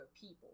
people